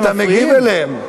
אתה מגיב אליהם.